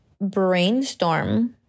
brainstorm